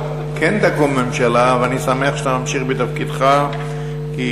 ואני שמח שאתה ממשיך בתפקידך כי,